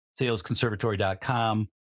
salesconservatory.com